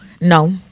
No